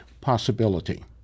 possibility